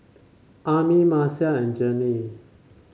Ami Marcia and Jennie